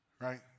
right